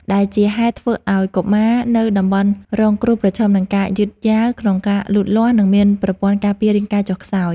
ដែលជាហេតុធ្វើឱ្យកុមារនៅតំបន់រងគ្រោះប្រឈមនឹងការយឺតយ៉ាវក្នុងការលូតលាស់ និងមានប្រព័ន្ធការពាររាងកាយចុះខ្សោយ។